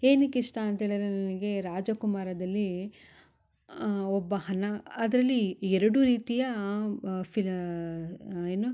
ಏನಕೆ ಇಷ್ಟ ಅಂತೇಳಿದರೆ ನನಗೆ ರಾಜಕುಮಾರದಲ್ಲಿ ಒಬ್ಬ ಹನ ಅದರಲ್ಲಿ ಎರಡು ರೀತಿಯಾ ಫಿಲ ಏನು